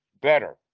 better